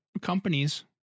companies